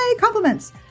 compliments